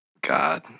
God